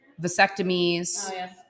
vasectomies